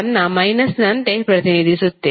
ನ ಮೈನಸ್ನಂತೆ ಪ್ರತಿನಿಧಿಸುತ್ತೇವೆ